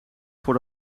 voor